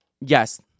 yes